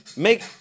Make